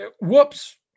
whoops